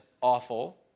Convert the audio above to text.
awful